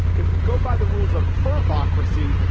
if we go by the rules of fervor ocracy,